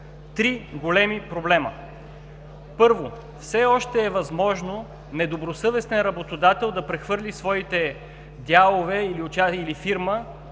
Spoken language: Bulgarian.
Три големи проблема! Първо, все още е възможно недобросъвестен работодател да прехвърли своите дялове или фирма